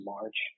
March